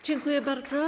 Dziękuję bardzo.